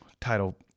title